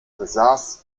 besaß